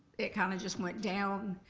it kinda just went down,